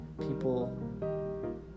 people